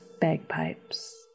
bagpipes